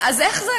אז איך זה,